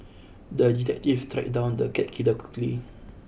the detective tracked down the cat killer quickly